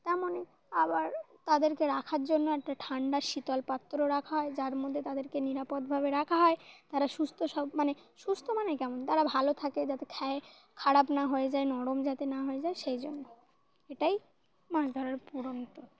তেমনই আবার তাদেরকে রাখার জন্য একটা ঠান্ডা শীতল পাত্রও রাখা হয় যার মধ্যে তাদেরকে নিরাপদভাবে রাখা হয় তারা সুস্থ সব মানে সুস্থ মানে কেমন তারা ভালো থাকে যাতে খয়ে খারাপ না হয়ে যায় নরম যাতে না হয়ে যায় সেই জন্য এটাই মাছ ধরার পুরো তথ্য